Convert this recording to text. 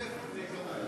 אנחנו עוברים